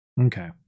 okay